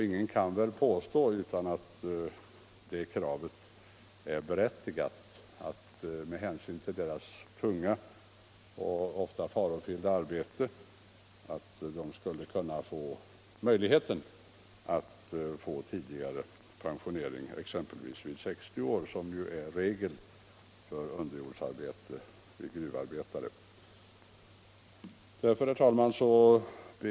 Ingen kan väl påstå att kravet på sänkt pensionsålder 99 inte är berättigat med hänsyn till deras tunga och ofta farofyllda arbete; de borde kunna få möjlighet till pensionering exempelvis vid 60 års ålder, vilket t.ex. är regel för gruvarbetare i underjordsarbete. Herr talman!